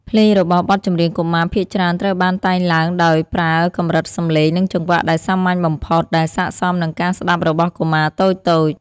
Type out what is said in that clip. ភ្លេងរបស់បទចម្រៀងកុមារភាគច្រើនត្រូវបានតែងឡើងដោយប្រើកម្រិតសំឡេង និងចង្វាក់ដែលសាមញ្ញបំផុត ដែលស័ក្តិសមនឹងការស្តាប់របស់កុមារតូចៗ។